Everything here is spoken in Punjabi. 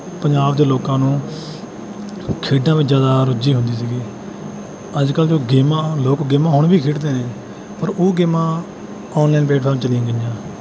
ਪੰਜਾਬ ਦੇ ਲੋਕਾਂ ਨੂੰ ਖੇਡਾਂ ਵਿੱਚ ਜ਼ਿਆਦਾ ਰੁਚੀ ਹੁੰਦੀ ਸੀਗੀ ਅੱਜ ਕੱਲ ਤਾਂ ਉਹ ਗੇਮਾਂ ਲੋਕ ਗੇਮ ਹੁਣ ਵੀ ਖੇਡਦੇ ਨੇ ਪਰ ਉਹ ਗੇਮਾਂ ਔਨਲਾਈਨ ਪਲੇਟਫਾਰਮ ਚਲੀਆਂ ਗਈਆਂ